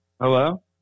Hello